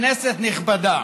כנסת נכבדה.